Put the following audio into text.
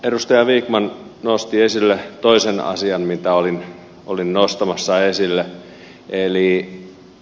edustaja vikman nosti esille toisen asian mitä olin nostamassa esille